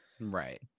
Right